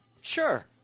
Sure